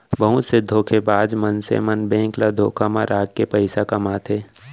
बहुत से धोखेबाज मनसे मन बेंक ल धोखा म राखके पइसा कमाथे